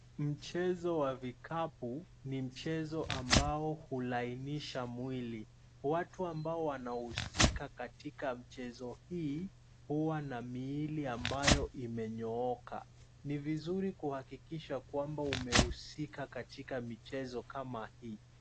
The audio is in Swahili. Mchezo wa vikapu ni mchezo ambao hulainisha mwili. Watu ambao wanahusika katika michezo hii huwa na miili ambayo imenyooka. Ni vizuri kuhakikisha kwamba umehusika katika michezo kama hii.